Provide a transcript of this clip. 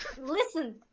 listen